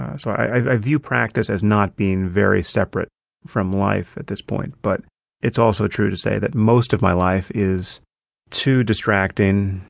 ah so i view practice as not being very separate from life at this point. but it's also true to say that most of my life is too distracting.